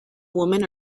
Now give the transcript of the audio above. woman